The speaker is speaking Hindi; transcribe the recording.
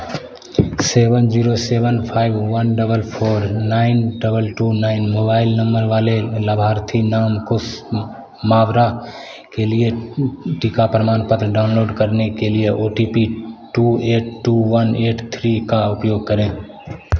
seven zero seven five one double four nine double two nine mobile number वाले लाभार्थी नाम कुश मावड़ा के लिए टीका प्रमाणपत्र डाउनलोड करने के लिए O T P two eight two one eight three का उपयोग करें